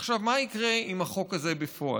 עכשיו, מה יקרה עם החוק הזה בפועל?